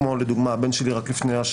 כמו לדוגמה הבן שלי רק השבוע,